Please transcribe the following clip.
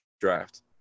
draft